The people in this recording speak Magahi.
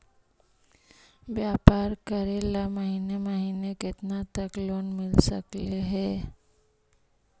व्यापार करेल महिने महिने केतना तक लोन मिल सकले हे?